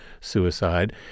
suicide